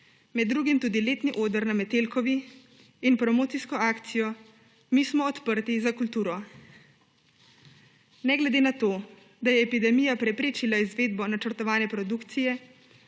med drugim tudi letni oder na Metelkovi in promocijsko akcijo Mi smo #odprti za kulturo. Ne glede na to, da je epidemija preprečila izvedbo načrtovane produkcije,